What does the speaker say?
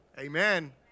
Amen